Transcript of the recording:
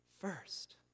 first